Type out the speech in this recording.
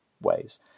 ways